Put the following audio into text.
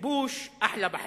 כיבוש אחלה-בחלה,